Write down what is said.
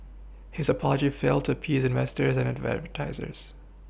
his apology failed to peace investors and advertisers